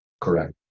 Correct